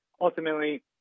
ultimately